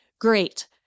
Great